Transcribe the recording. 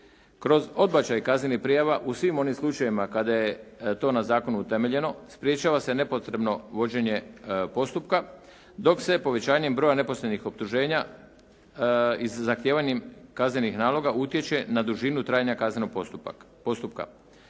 Kroz odbačaj kaznenih prijava u svim onim slučajevima kada je to na zakonu utemeljeno sprečava se nepotrebno vođenje postupka dok se povećanjem broja neposrednih optuženja i zahtijevanjem kaznenih naloga utječe na dužinu trajanja kaznenog postupka.